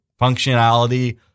functionality